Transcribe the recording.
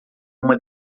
uma